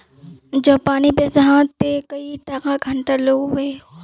जब पानी पैसा हाँ ते कई टका घंटा लो होबे?